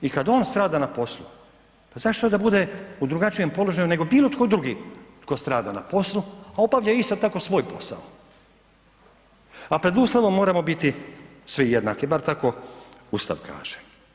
I kada on strada na poslu, pa zašto da bude u drugačijem položaju nego bilo tko drugi tko strada na poslu, a obavlja isto tako svoj posao, a pred Ustavom moramo biti svi jednaki, bar tako Ustav kaže.